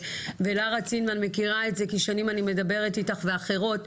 ולרה צינמן מכירה את זה כי שנים אני מדברת איתך ואחרות,